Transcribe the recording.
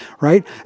right